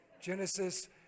Genesis